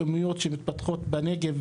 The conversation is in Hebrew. במיוחד בנגב,